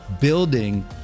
building